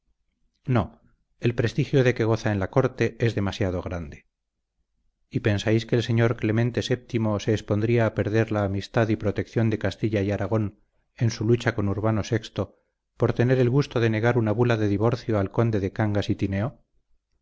no el prestigio de que goza en la corte es demasiado grande y pensáis que el señor clemente vii se expondría a perder la amistad y protección de castilla y aragón en su lucha con urbano vi por tener el gusto de negar una bula de divorcio al conde de cangas y tineo